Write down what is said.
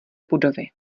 budovy